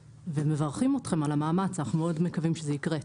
ומברכים אתכם על המאמץ ומאוד מקווים שזה יקרה.